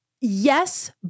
Yes